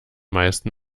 meisten